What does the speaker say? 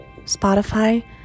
Spotify